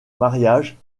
mariage